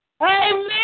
Amen